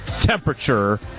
Temperature